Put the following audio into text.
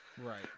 Right